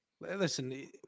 Listen